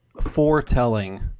foretelling